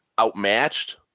outmatched